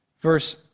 Verse